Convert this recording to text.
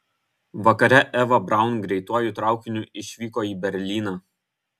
vakare eva braun greituoju traukiniu išvyko į berlyną